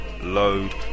load